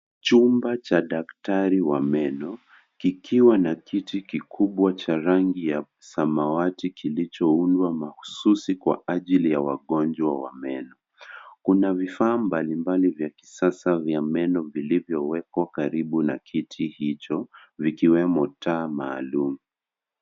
Chumba cha daktari wa meno kikiwa na kiti kikubwa cha rangi ya samawati kilichoundwa mahususi kwa ajili ya wagonjwa wa meno. Kuna vifaa mbalimbali vya kisasa vya meno vilivyowekwa karibu na kiti hicho vikiwemo taa maalum.